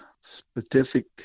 specific